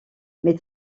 mais